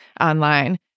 online